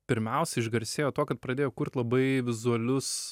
pirmiausia išgarsėjo tuo kad pradėjo kurt labai vizualius